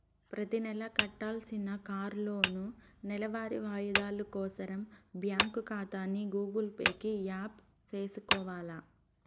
ప్రతినెలా కట్టాల్సిన కార్లోనూ, నెలవారీ వాయిదాలు కోసరం బ్యాంకు కాతాని గూగుల్ పే కి యాప్ సేసుకొవాల